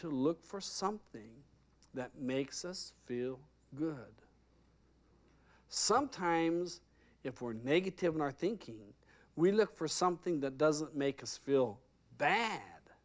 to look for something that makes us feel good sometimes if we are negative in our thinking we look for something that doesn't make us feel bad